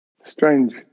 Strange